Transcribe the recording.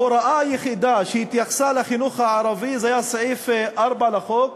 ההוראה היחידה שהתייחסה לחינוך הערבי הייתה סעיף 4 בחוק,